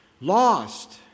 lost